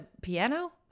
piano